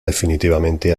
definitivamente